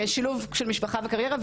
שילוב של משפחה וקריירה,